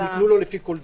ניתנו לו לפי כל דין.